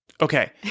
Okay